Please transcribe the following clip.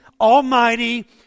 almighty